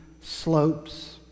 slopes